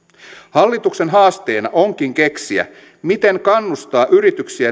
hallituksen haasteena onkin keksiä miten kannustaa yrityksiä